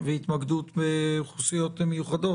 והתמקדות באוכלוסיות מיוחדות.